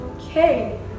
Okay